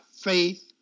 faith